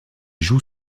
joue